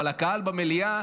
אבל הקהל במליאה,